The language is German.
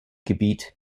gebiet